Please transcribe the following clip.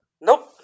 Nope